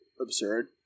absurd